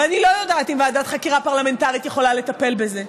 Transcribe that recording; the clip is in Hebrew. ואני לא יודעת אם ועדת חקירה פרלמנטרית יכולה לטפל בזה.